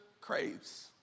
craves